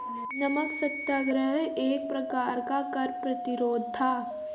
नमक सत्याग्रह एक प्रकार का कर प्रतिरोध था